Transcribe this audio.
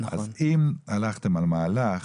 אז אם הלכתם על מהלך,